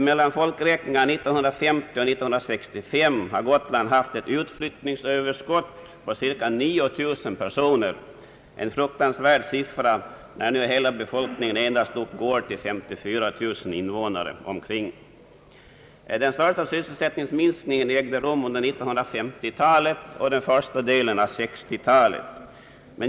Mellan folkräkningarna 1950 och 1965 har Gotland haft ett utflyttningsöverskott på cirka 9 000 personer — en fruktansvärd siffra när hela befolkningen endast uppgår till omkring 54 000 invånare.